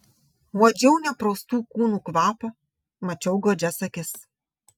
uodžiau nepraustų kūnų kvapą mačiau godžias akis